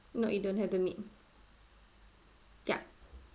no you don't don't need yup